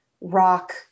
rock